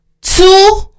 two